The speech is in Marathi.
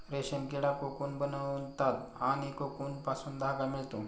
रेशीम किडा कोकून बनवतात आणि कोकूनपासून धागा मिळतो